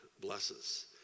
blesses